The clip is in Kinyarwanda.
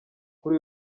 kuri